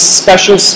special